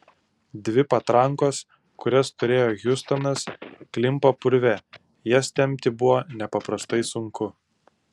dvi patrankos kurias turėjo hiustonas klimpo purve jas tempti buvo nepaprastai sunku